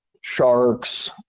sharks